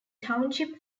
township